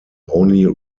only